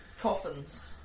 coffins